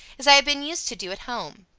as i had been used to do at home.